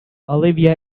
olivia